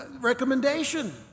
recommendation